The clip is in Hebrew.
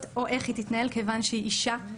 או איך היא תתנהל כיוון שהיא אישה",